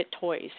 toys